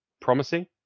promising